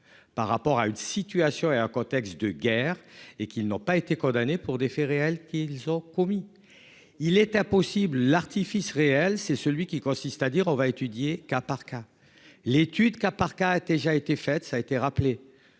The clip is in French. Par rapport à une situation et un contexte de guerre et qu'ils n'ont pas été condamné pour des faits réels, qu'ils ont commis. Il est impossible artifice réel c'est celui qui consiste à dire on va étudier, cas par cas. L'étude cas par cas, a déjà été fait, ça a été rappelé.